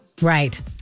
Right